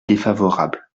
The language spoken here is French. défavorable